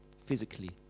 physically